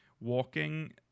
walking